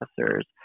officers